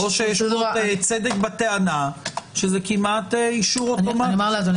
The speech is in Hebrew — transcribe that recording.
או יש צדק בטענה שזה כמעט אישור אוטומטי?